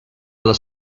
dalla